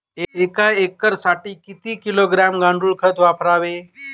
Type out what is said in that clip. एक एकरसाठी किती किलोग्रॅम गांडूळ खत वापरावे?